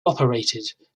operated